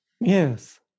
Yes